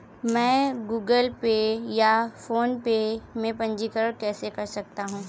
मैं Google Pay या PhonePe में पंजीकरण कैसे कर सकता हूँ?